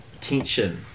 tension